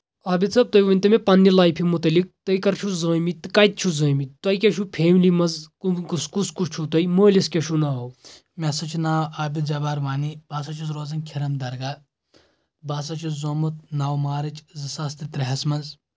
مےٚ ہسا چھُ ناو عابد جبار وانی بہٕ ہسا چھُس روزان کھِرم درگاہ بہٕ ہسا چھُس زامُت نو مارٕچ زٕ ساس تہٕ ترٛےٚ ہس منٛز